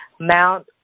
Mount